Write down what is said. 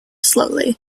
slowly